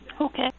Okay